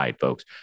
folks